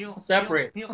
separate